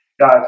Guys